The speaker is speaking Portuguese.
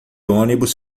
ônibus